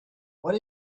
what